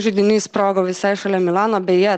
židinys sprogo visai šalia milano beje